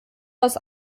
aus